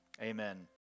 amen